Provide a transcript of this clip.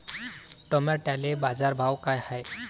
टमाट्याले बाजारभाव काय हाय?